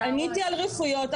עניתי על הרפואיות,